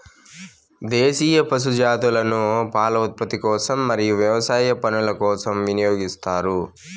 దేశీయ పశు జాతులను పాల ఉత్పత్తి కోసం మరియు వ్యవసాయ పనుల కోసం వినియోగిస్తారు